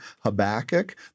Habakkuk